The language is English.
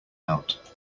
out